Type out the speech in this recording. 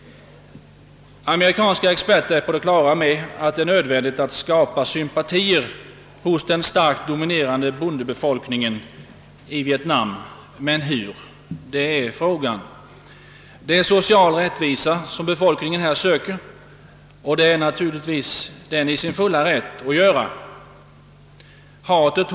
Amerikanska experter är på det klara med att det är nödvändigt att skapa sympatier hos den starkt dominerande bondebefolkningen i Vietnam. Men hur skall detta ske? Det är frågan. Vad befolkningen söker är social rättvisa, och den är naturligtvis i sin fulla rätt att göra detta.